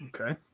Okay